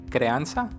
Creanza